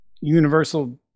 universal